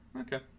Okay